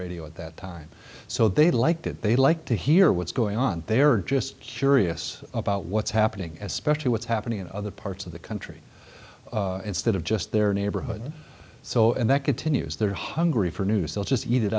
radio at that time so they liked it they like to hear what's going on they are just curious about what's happening especially what's happening in other parts of the country instead of just their neighborhood so and that continues they're hungry for news they'll just eat it